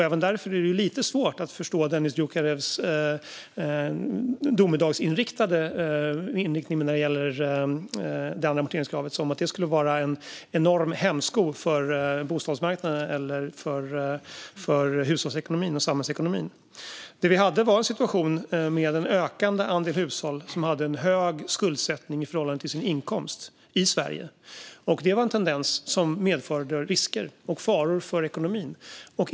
Även därför är det lite svårt att förstå Dennis Dioukarevs domedagsinriktning när det gäller det andra amorteringskravet, som om det skulle vara en enorm hämsko för bostadsmarknaden, hushållens ekonomi och samhällsekonomin. Det vi hade var en situation där en ökande andel hushåll i Sverige hade en hög skuldsättning i förhållande till sin inkomst. Det var en tendens som medförde risker och faror för ekonomin.